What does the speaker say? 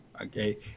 okay